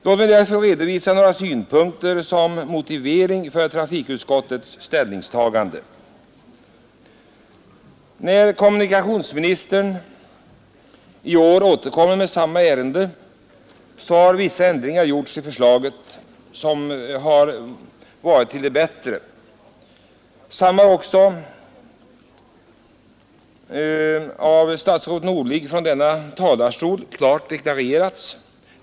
Jag vill redovisa några synpunkter såsom motivering för trafikutskottets ställningstagande. När kommunikationsministern i år återkommer med samma ärende, har vissa ändringar till det bättre gjorts i förslaget.